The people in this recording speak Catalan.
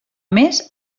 més